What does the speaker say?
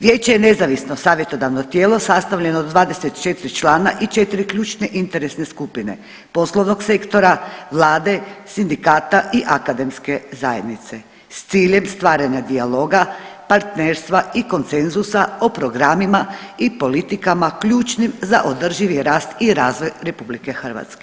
Vijeće je nezavisno savjetodavno tijelo sastavljeno od 24 člana i 4 ključne interesne skupine, poslovnog sektora, vlade, sindikata i akademske zajednice s ciljem stvaranja dijaloga, partnerstva i konsenzusa o programima i politikama ključnim za održivi rast i razvoj RH.